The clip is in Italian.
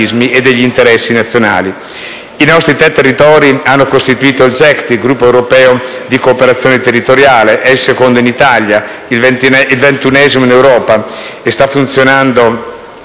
I nostri tre territori hanno costituito il GECT (Gruppo europeo di cooperazione territoriale): è il secondo in Italia e il ventunesimo in Europa e sta funzionando